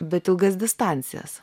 bet ilgas distancijas